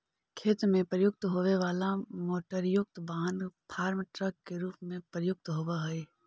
खेत में प्रयुक्त होवे वाला मोटरयुक्त वाहन फार्म ट्रक के रूप में प्रयुक्त होवऽ हई